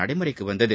நடைமுறைக்கு வந்தது